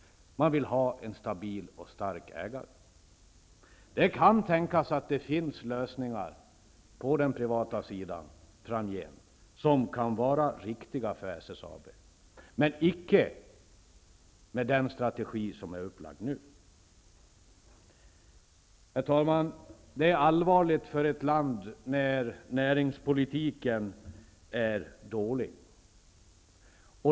Man vill ha en stabil och stark ägare. Det kan tänkas att det framgent finns lösningar på den privata sidan som kan vara riktiga för SSAB -- men icke med den strategi som nu lagts upp. Herr talman! Det är allvarigt för ett land när näringspolitiken är dålig.